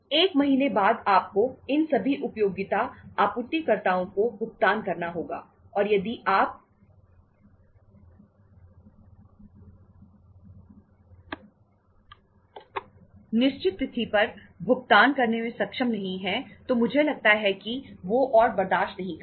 एक महीने बाद आपको इन सभी उपयोगिता आपूर्तिकर्ताओं को भुगतान करना होगा और यदि आप नियत तारीख पर भुगतान करने में सक्षम नहीं है तो मुझे लगता है कि वो और बर्दाश्त नहीं करेंगे